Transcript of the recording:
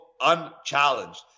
unchallenged